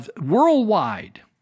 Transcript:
worldwide